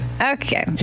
Okay